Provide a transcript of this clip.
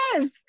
yes